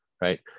right